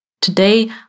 Today